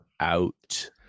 out